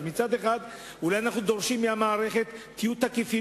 מצד אחד אולי אנחנו דורשים מהמערכת להיות תקיפה,